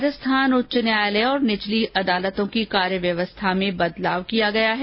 राजस्थान उच्च न्यायालय और निचली अदालतों की कार्य व्यवस्था में बदलाव किया गया है